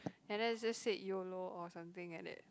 and then you just said yolo or something like that